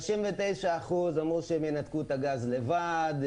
39% אמרו שהם ינתקו את הגז לבד,